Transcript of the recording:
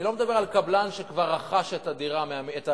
אני לא מדבר על קבלן שכבר רכש את הקרקע מהמינהל,